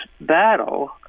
battle